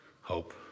hope